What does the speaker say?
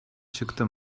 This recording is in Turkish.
çıktı